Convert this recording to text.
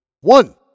one